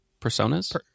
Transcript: personas